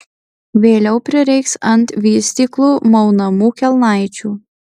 vėliau prireiks ant vystyklų maunamų kelnaičių